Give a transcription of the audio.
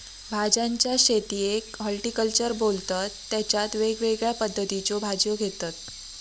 भाज्यांच्या शेतीयेक हॉर्टिकल्चर बोलतत तेच्यात वेगवेगळ्या पद्धतीच्यो भाज्यो घेतत